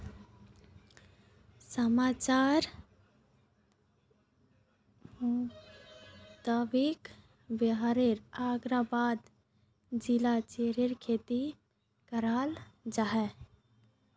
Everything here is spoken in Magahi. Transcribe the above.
समाचारेर मुताबिक़ बिहारेर औरंगाबाद जिलात चेर्रीर खेती कराल जाहा